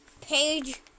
page